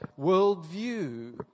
worldview